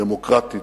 דמוקרטית,